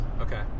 Okay